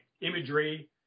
imagery